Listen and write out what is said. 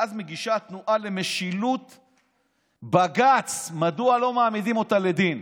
ואז מגישה התנועה למשילות בג"ץ: מדוע לא מעמידים אותה לדין.